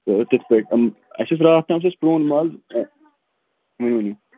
تہٕ تِتھ پٲٹھۍ اَسہِ اوس راتھ تام اوس اَسہِ پرٛون مال